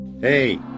hey